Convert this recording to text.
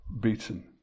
beaten